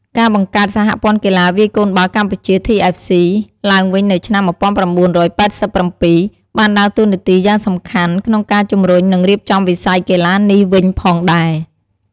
ការបង្កើត សហព័ន្ធកីឡាវាយកូនបាល់កម្ពុជា TFC ឡើងវិញនៅឆ្នាំ ១៩៨៧ បានដើរតួនាទីយ៉ាងសំខាន់ក្នុងការជំរុញ និងរៀបចំវិស័យកីឡានេះវិញផងដែរ។